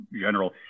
general